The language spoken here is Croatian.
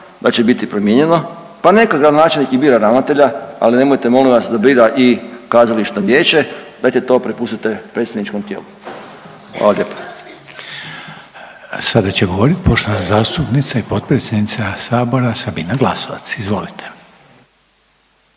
da će biti promijenjeno pa neka gradonačelnik i bira ravnatelja, ali nemojte molim vas da bira i kazališno vijeće, dajte to prepustite predstavničkom tijelu. Hvala lijepo. **Reiner, Željko (HDZ)** Sada će govorit poštovana zastupnica i potpredsjednica Sabora Sabina Glasovac. Izvolite.